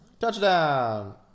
Touchdown